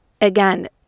again